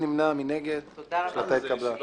כי חוק